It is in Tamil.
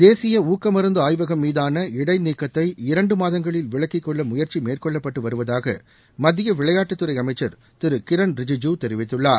தேசிய ஊக்கமருந்து ஆய்வகம் மீதான இடை நீக்கத்தை இரண்டு மாதங்களில் விலக்கிக் கொள்ள முயற்சி மேற்கொள்ளப்பட்டு வருவதாக மத்திய விளையாட்டுத் துறை அமைச்சர் திரு கிரண் ரிஜிஜூ தெரிவித்துள்ளார்